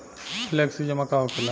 Flexi जमा का होखेला?